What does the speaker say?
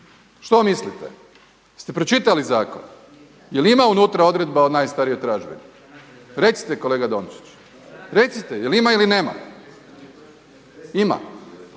Što mislite? Jeste pročitali zakon? Jel ima unutra odredba o najstarijoj tražbini recite kolega Dončić, recite jel ima ili nema? Ima.